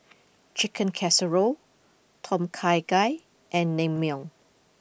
Chicken Casserole Tom Kha Gai and Naengmyeon